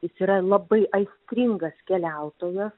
jis yra labai aistringas keliautojas